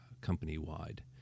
company-wide